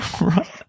right